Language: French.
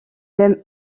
thèmes